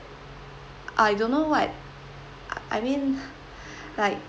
I don't know what I mean like